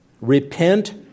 Repent